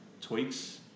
Tweaks